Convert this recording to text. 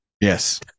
Yes